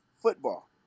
football